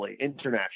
internationally